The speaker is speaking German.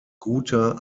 guter